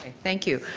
thank you.